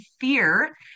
fear